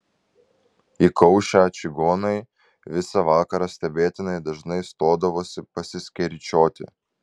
įkaušę čigonai visą vakarą stebėtinai dažnai stodavosi pasiskeryčioti